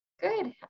good